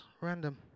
random